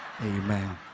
Amen